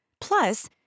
Plus